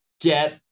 get